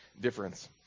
difference